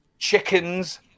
chickens